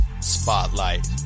Spotlight